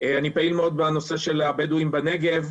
אני פעיל מאוד בנושא של הבדואים בנגב.